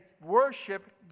worship